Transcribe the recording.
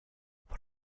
what